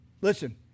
Listen